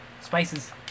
Spices